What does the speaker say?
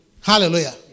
Hallelujah